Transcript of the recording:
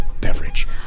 beverage